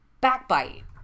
backbite